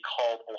called